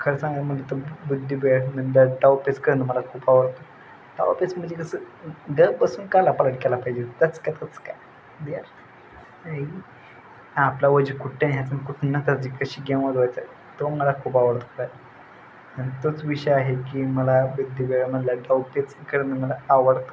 खरं सांगायचं म्हणलं तर बुद्धिबळ डावपेच करणं मला खूप आवडतं डावपेच म्हणजे कसं आपला वजीर कुठे ह्याचं कुठून जी कशी गेम वाजवायचं तो मला खूप आवडतो आहे आणि तोच विषय आहे की मला बुद्धिबळामधले डावपेच करणं मला आवडतं